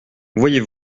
voyez